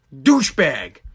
douchebag